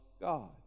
God